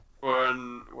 One